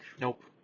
Nope